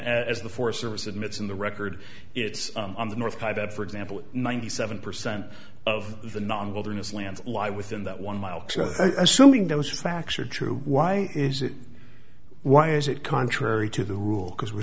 the forest service admits in the record it's on the north side that for example ninety seven percent of the non wilderness lands lie within that one mile assuming those facts are true why is it why is it contrary to the rules because we're